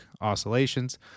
oscillations